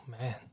man